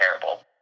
terrible